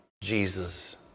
Jesus